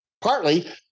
partly